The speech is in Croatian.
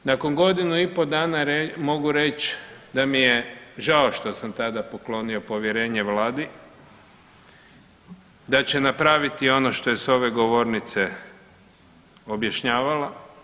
Nakon godinu i pol dana mogu reći da mi je žao što sam tada poklonio povjerenje Vladi da će napraviti ono što je s ove govornice objašnjavala.